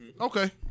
Okay